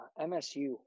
MSU